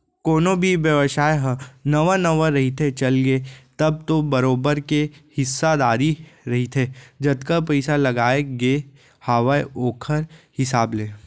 कोनो भी बेवसाय ह नवा नवा रहिथे, चलगे तब तो बरोबर के हिस्सादारी रहिथे जतका पइसा लगाय गे हावय ओखर हिसाब ले